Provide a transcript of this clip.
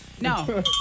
No